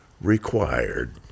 required